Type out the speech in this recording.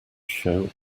show